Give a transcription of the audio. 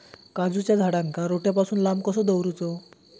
काजूच्या झाडांका रोट्या पासून लांब कसो दवरूचो?